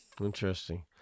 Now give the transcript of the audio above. Interesting